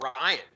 Ryan